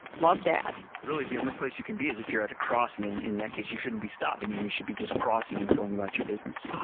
love, dad. really the only place you can be is if you're at a crossing. in in that case, you shouldn't be stopping, you you should be just crossing and going about your business.